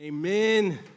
Amen